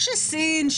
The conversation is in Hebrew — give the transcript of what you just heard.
שסין,